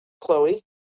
Chloe